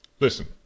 Listen